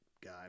guy